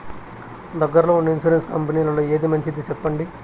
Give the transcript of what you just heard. దగ్గర లో ఉన్న ఇన్సూరెన్సు కంపెనీలలో ఏది మంచిది? సెప్పండి?